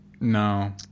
no